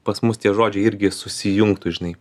pas mus tie žodžiai irgi susijungtų žinai